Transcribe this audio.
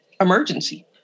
emergency